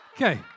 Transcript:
Okay